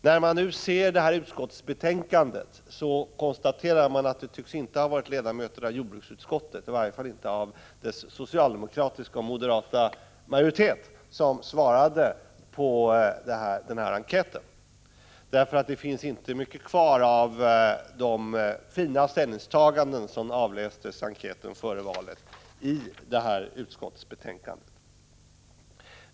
När man nu ser det här utskottsbetänkandet konstaterar man att det inte tycks ha varit ledamöter av jordbruksutskottet — i varje fall inte av dess socialdemokratiska och moderata majoritet — som svarade på enkäten. Det finns nämligen inte mycket kvar av de fina ställningstaganden som avlästes i enkäten före valet i det här utskottsbetänkandet.